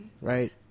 right